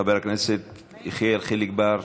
חבר הכנסת יחיאל חיליק בר.